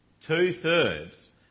Two-thirds